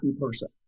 person